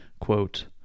quote